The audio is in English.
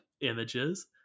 images